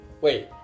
Wait